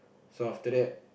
so after that